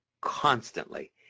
constantly